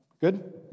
Good